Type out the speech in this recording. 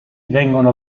vengono